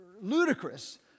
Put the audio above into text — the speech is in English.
ludicrous